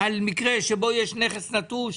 על מקרה שבו יש נכס נטוש?